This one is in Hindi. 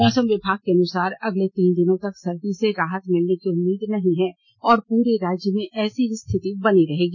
मौसम विभाग के अनुसार अगले तीन दिनों तक सर्दी से राहत मिलने की उम्मीद नहीं है और पूरे राज्य में ऐसी ही स्थिति बनी रहेगी